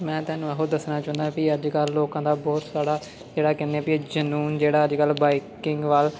ਮੈਂ ਤੁਹਾਨੂੰ ਉਹ ਦੱਸਣਾ ਚਾਹੁੰਦਾ ਕੀ ਅੱਜ ਕੱਲ੍ਹ ਲੋਕਾਂ ਦਾ ਬਹੁਤ ਸਾਰਾ ਜਿਹੜਾ ਕਹਿੰਦੇ ਵੀ ਜਨੂੰਨ ਜਿਹੜਾ ਅੱਜ ਕੱਲ੍ਹ ਬਾਈਕਿੰਗ ਵੱਲ